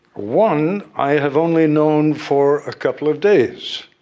one, i have only known for a couple of days.